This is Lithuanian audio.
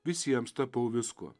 visiems tapau viskuo